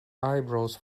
eyebrows